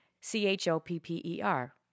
C-H-O-P-P-E-R